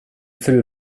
fru